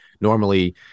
normally